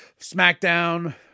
SmackDown